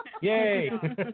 Yay